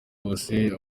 bose